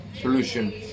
solution